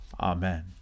Amen